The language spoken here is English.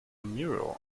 mural